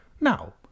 Now